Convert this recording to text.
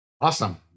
Awesome